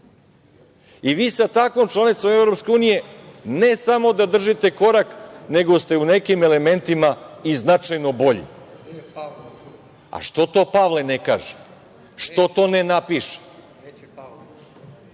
i vi sa takvom članicom EU ne samo da držite korak, nego ste u nekim elementima i značajno bolji. A što to Pavle ne kaže? Zašto to ne napiše?